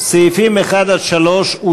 סעיפים 1 3, כהצעת הוועדה, נתקבלו.